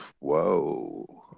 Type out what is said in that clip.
Whoa